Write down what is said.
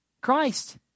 Christ